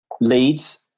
leads